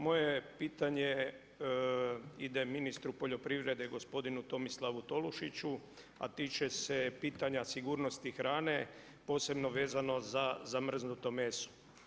Moje je pitanje ide ministru poljoprivrede gospodinu Tomislavu Tolušiću, a tiče se pitanja sigurnosti hrane, posebno vezano za zamrznuto meso.